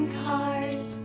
cars